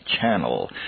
channel